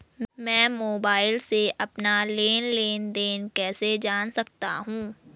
मैं मोबाइल से अपना लेन लेन देन कैसे जान सकता हूँ?